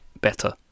Better